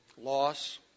loss